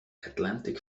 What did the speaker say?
atlantic